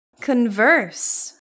Converse